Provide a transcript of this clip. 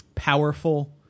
Powerful